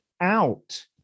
out